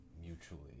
mutually